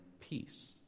peace